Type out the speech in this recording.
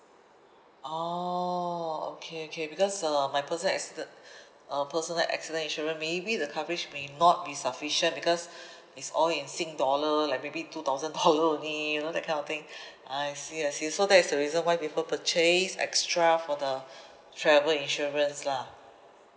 oh okay okay because uh my personal accident uh personal accident insurance maybe the coverage may not be sufficient because it's all in sing dollar like maybe two thousand dollar only you know that kind of thing I see I see so that is the reason why people purchase extra for the travel insurance lah